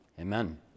Amen